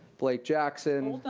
blake jackson